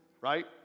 right